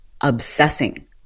obsessing